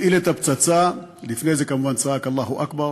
הפעיל את הפצצה, לפני זה כמובן צעק: אללה אכבר,